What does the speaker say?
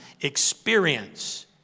experience